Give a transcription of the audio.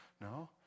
no